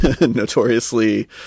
Notoriously